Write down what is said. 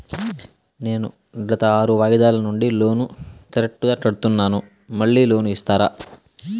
నేను గత ఆరు వాయిదాల నుండి లోను కరెక్టుగా కడ్తున్నాను, మళ్ళీ లోను ఇస్తారా?